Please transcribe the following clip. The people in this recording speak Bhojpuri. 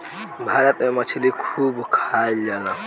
भारत में मछली खूब खाईल जाला